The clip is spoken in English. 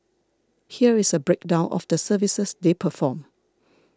here is a breakdown of the services they perform